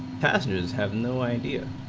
passes have no idea